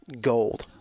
gold